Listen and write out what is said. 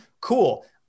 cool